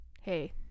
hey